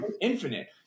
infinite